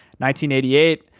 1988